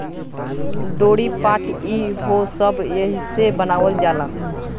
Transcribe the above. डोरी, पाट ई हो सब एहिसे बनावल जाला